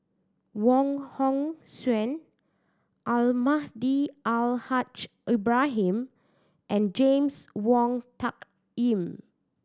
Wong Hong Suen Almahdi Al Haj Ibrahim and James Wong Tuck Yim